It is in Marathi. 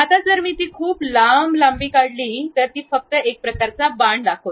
आता जर मी ती खूप लांब लांबी काढली तर ती फक्त एक प्रकारचा बाण दाखवते